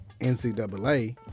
NCAA